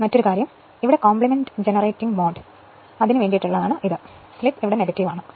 മറ്റൊരു കാര്യം കാണുക ഇതാണ് യഥാർത്ഥത്തിൽ ഇത് കോംപ്ലിമെന്റ് ജനറേറ്റിംഗ് മോഡിന് വേണ്ടിയുള്ളതാണ് സ്ലിപ്പ് നെഗറ്റീവ് ആണ്